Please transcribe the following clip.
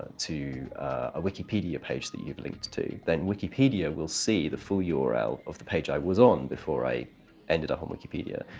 to a wikipedia page that you've linked to, then wikipedia will see the full url of the page i was on before i ended up on wikipedia.